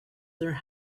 their